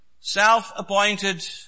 Self-appointed